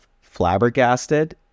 flabbergasted